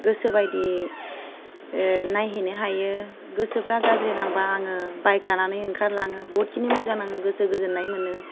गोसो बायदि नायहैनो हायो गोसोफ्रा गाज्रि नांबा आङो बाइक लानानै ओंखार लाङो बहुदखिनि मोजां नाङो गोसो गोजोननाय मोनो